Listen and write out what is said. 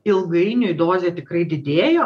ilgainiui dozė tikrai didėjo